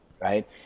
Right